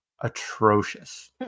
atrocious